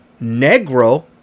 Negro